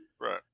right